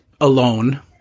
alone